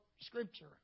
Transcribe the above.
Scripture